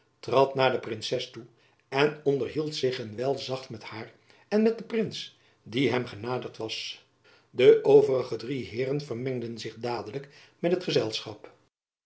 trad naar de princes toe en onderhield zich een wijl zacht met haar en met den prins die hem genaderd was de overige drie heeren vermengden zich dadelijk met het gezelschap